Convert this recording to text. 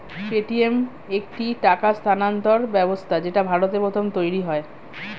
Paytm একটি টাকা স্থানান্তর ব্যবস্থা যেটা ভারতে প্রথম তৈরী হয়